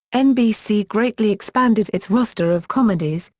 nbc greatly expanded its roster of comedies,